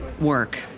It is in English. work